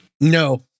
No